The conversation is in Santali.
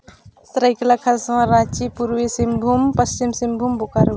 ᱥᱚᱨᱟᱭᱠᱮᱞᱞᱟ ᱠᱷᱟᱨᱥᱚᱣᱟ ᱨᱟᱺᱪᱤ ᱯᱩᱨᱵᱚ ᱥᱤᱝᱵᱷᱩᱢ ᱯᱚᱪᱷᱤᱢ ᱥᱤᱝᱵᱷᱩᱢ ᱵᱳᱠᱟᱨᱳ